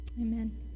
Amen